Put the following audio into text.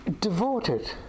devoted